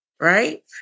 right